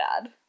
bad